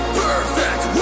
perfect